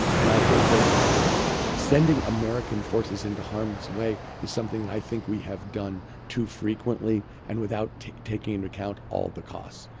and i think that sending american forces into harm's way is something that i think we have done too frequently and without taking into account all the costs.